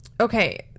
Okay